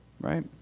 Right